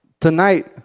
tonight